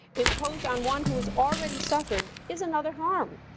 imposed on one who has already suffered, is another harm.